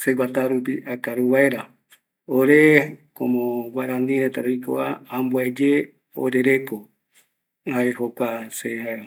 seguatarupi akaru vaera, ore como guarani reta roiko va, ambuaeye orereko, jae jokua se jaeva